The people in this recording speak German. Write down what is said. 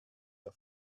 der